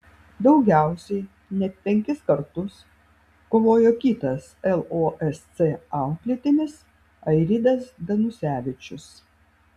daugiausiai net penkis kartus kovojo kitas losc auklėtinis airidas danusevičius